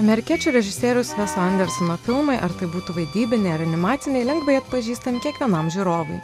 amerikiečių režisieriaus veso andersono filmai ar tai būtų vaidybiniai ar animaciniai lengvai atpažįstami kiekvienam žiūrovui